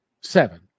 Seven